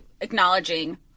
acknowledging